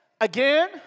again